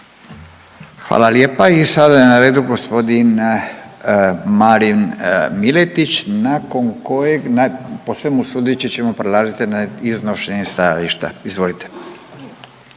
Hvala lijepa i sada je na redu gospodin Marin Miletić nakon kojeg po svemu sudeći ćemo prelaziti na iznošenje stajališta. Izvolite.